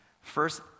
first